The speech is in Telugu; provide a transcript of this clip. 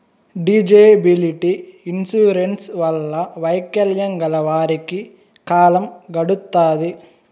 డిజేబిలిటీ ఇన్సూరెన్స్ వల్ల వైకల్యం గల వారికి కాలం గడుత్తాది